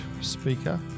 speaker